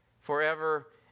forever